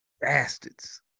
Bastards